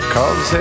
Cause